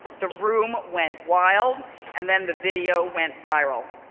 the room went wild and then the video went viral.